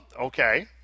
okay